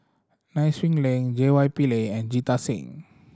Nai Swee Leng J Y Pillay and Jita Singh